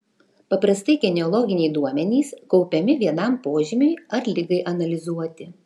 paprastai genealoginiai duomenys kaupiami vienam požymiui ar ligai analizuoti